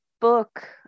book